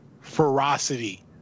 ferocity